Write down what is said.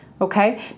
Okay